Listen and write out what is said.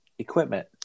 equipment